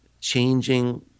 changing